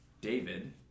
David